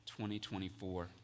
2024